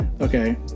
Okay